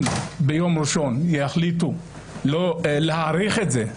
אם ביום ראשון יחליטו להאריך את זה,